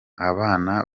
abana